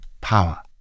power